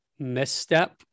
misstep